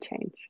change